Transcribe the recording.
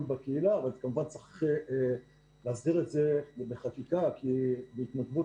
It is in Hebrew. בקהילה אבל כמובן צריך להסדיר את זה בחקיקה כי בהתנדבות